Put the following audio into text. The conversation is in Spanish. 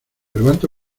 levanto